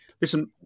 Listen